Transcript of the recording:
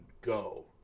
go